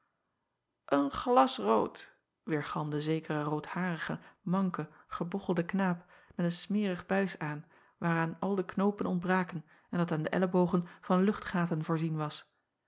en glas rood weêrgalmde zekere roodharige manke gebochelde knaap met een smerig buis aan waar aan al de knoopen ontbraken en dat aan de ellebogen van luchtgaten voorzien was